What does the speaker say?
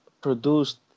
produced